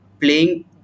playing